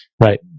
Right